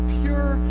pure